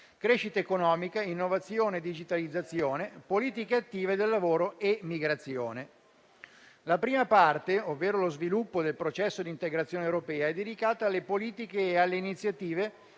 crescita economica, innovazione e digitalizzazione, politiche attive del lavoro e migrazione. La prima parte - ovvero lo sviluppo del processo di integrazione europea - è dedicata alle politiche e alle iniziative